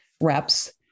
reps